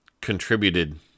Contributed